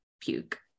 puke